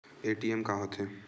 ATM का होथे?